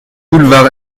boulevard